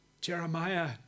Jeremiah